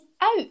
out